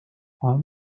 ulm